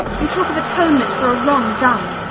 you talk of atonement for a wrong done.